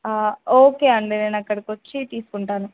okay అండి నేను అక్కడికొచ్చి తీసుకుంటాను